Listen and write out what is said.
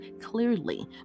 clearly